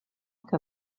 que